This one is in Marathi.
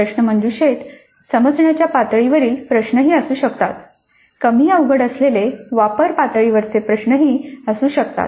प्रश्नमंजुषेत समजण्याच्या पातळीवरील प्रश्नही असू शकतात कमी अवघड असलेले वापर पातळीवरचे प्रश्नही असू शकतात